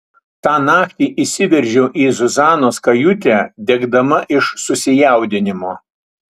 tą naktį įsiveržiau į zuzanos kajutę degdama iš susijaudinimo